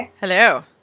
Hello